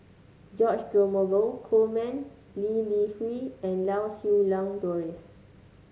George Dromgold Coleman Lee Li Hui and Lau Siew Lang Doris